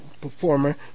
Performer